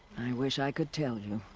i wish i could tell you.